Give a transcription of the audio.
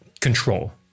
control